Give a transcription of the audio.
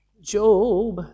Job